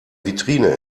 vitrine